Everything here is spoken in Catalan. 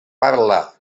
parla